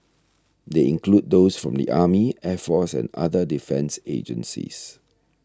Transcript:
they include those from the army air force and other defence agencies